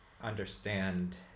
understand